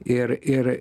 ir ir